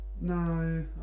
No